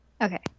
Okay